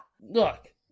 Look